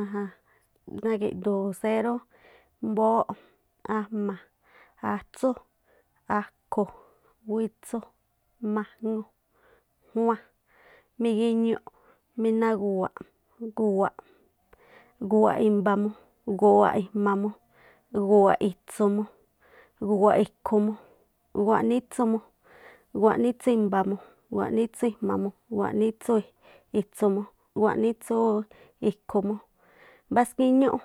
Ajáán, nagi̱ꞌdu̱u̱ séró, mbóóꞌ ajma̱, atsú, akhu, witsu, majŋu, jua, migi̱ñuꞌ minagu̱wa̱ꞌ, gu̱wa̱ꞌ, gu̱wa̱ꞌ i̱mbamu, gu̱wa̱ꞌ i̱jma̱mu gu̱wa̱ꞌ itsu̱mu gu̱wa̱ꞌ i̱khu̱mu, gu̱wa̱ꞌ nítsumu, gu̱wa̱ꞌ nítsu i̱mbamu, gu̱wa̱ꞌ nítsu i̱jma̱mu, gu̱wa̱ꞌ nítsu itsu̱mu, gu̱wa̱ꞌ nítsu i̱khu̱mu, mbáskíñúꞌ,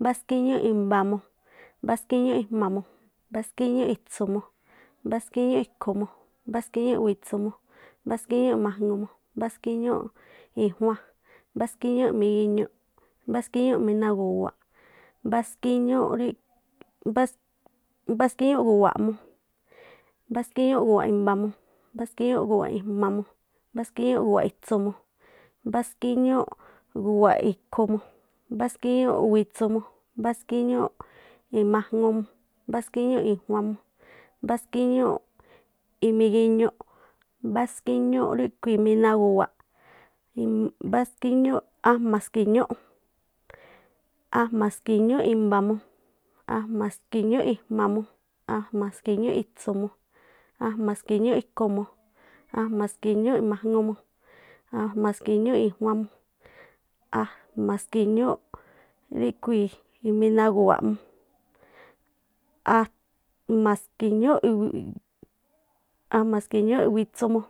mbáskíñúꞌ, mbáskíñúꞌ i̱mbamu, mbáskíñúꞌ i̱jma̱mu, mbáskíñúꞌ witsu̱mu, mbáskiñúꞌ i̱khu̱mu, mbáskíñúꞌ i̱majŋumu, mbáskíñúꞌ i̱juanmu, mbáskíñúꞌ imigiñuꞌ, mbáskíñúꞌ ríkhui̱ mijnagu̱wa̱ꞌ, mbáskíñúꞌ ajma̱ ski̱ñúꞌ, ajma̱ ski̱ñúꞌ i̱mbamu, ajma̱ ski̱ñúꞌ i̱jma̱mu, ajma̱ ski̱ñúꞌ itsu̱mu, ajma̱ ski̱ñúꞌ i̱khu̱mu, ajma̱ ski̱ñúꞌ i̱maŋumu, ajma̱ ski̱ñúꞌ i̱juanmu, ski̱ñúꞌ ríꞌkhui̱i̱ imijnagu̱waꞌmu, ajma̱ ski̱ñúꞌ iwiiꞌ, ajma̱ ski̱ñúꞌ i̱witsu mu.